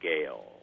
scale